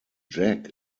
jack